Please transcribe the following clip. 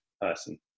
person